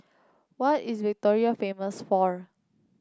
what is Victoria famous for